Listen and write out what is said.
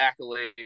accolades